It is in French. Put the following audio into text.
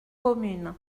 communes